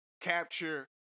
capture